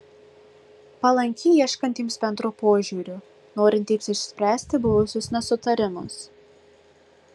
palanki ieškantiems bendro požiūrio norintiems išspręsti buvusius nesutarimus